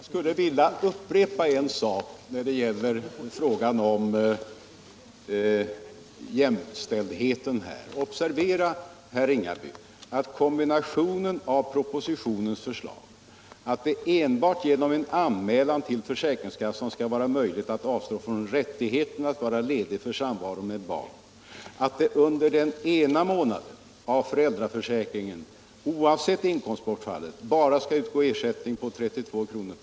Herr talman! Jag skulle vilja upprepa en sak när det gäller jämställdheten. Observera, herr Ringaby, att kombinationen av propositionens förslag, att det enbart genom en anmälan till försäkringskassan skall vara möjligt att avstå från rättigheten att vara ledig för samvaro med barn, att det under den ena månaden av föräldraförsäkringen oavsett inkomstbortfallet bara skall utgå ersättning med 32 kr.